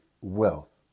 wealth